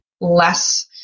less